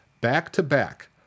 back-to-back